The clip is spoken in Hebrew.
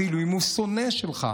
אפילו אם הוא שונא שלך,